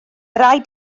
raid